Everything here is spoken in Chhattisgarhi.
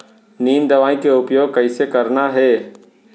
नीम दवई के उपयोग कइसे करना है?